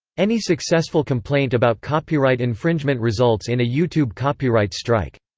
any successful complaint about copyright infringement results in a youtube copyright strike.